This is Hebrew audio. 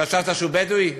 חשבת שהוא בדואי?